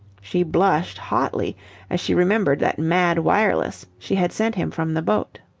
she blushed hotly as she remembered that mad wireless she had sent him from the boat.